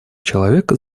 человека